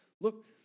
Look